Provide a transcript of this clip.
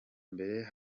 mbere